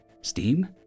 steam